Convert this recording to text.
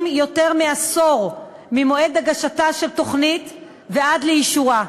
יותר מעשור ממועד הגשתה של תוכנית ועד לאישורה,